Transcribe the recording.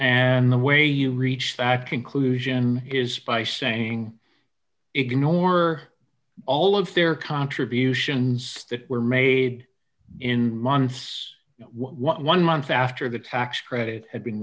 and the way you reach fact conclusion is by saying ignore all of their contributions that were made in months one month after the tax credit had been